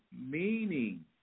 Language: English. meaning